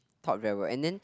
taught very well and then